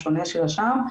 השונה של השע"ם,